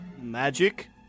magic